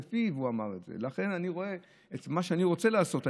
בפיו הוא אמר את זה: את מה שאני רוצה לעשות,